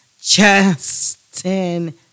Justin